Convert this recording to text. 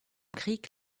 krieg